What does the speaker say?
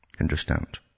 Understand